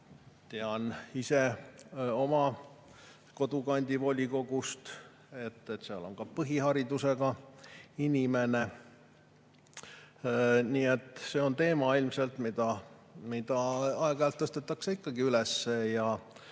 Tean ise oma kodukandi volikogust, seal on ka põhiharidusega inimene. Nii et see on teema ilmselt, mida aeg-ajalt tõstetakse üles